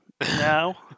Now